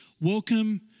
welcome